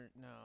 no